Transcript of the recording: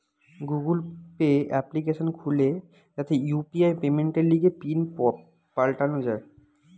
Google Pay application খুলে যাতে UPI পেমেন্টের লিগে পিন পাল্টানো যায়